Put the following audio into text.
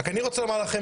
רק אני רוצה לומר לכם,